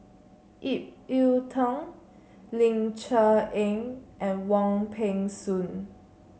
Ip Yiu Tung Ling Cher Eng and Wong Peng Soon